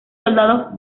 soldados